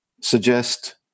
suggest